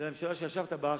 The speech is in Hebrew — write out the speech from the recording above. זה על הממשלה שישבת בה,